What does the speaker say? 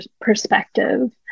perspective